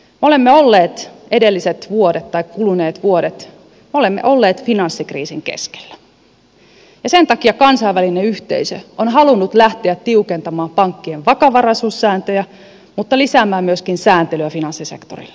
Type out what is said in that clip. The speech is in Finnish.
olemme olleet edelliset vuodet tai kuluneet vuodet finanssikriisin keskellä ja sen takia kansainvälinen yhteisö on halunnut lähteä tiukentamaan pankkien vakavaraisuussääntöjä mutta lisäämään myöskin sääntelyä finanssisektorilla